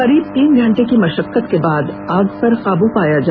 करीब तीन घंटे की मशक्कत के बाद आग पर काब्र पाया गया